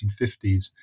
1950s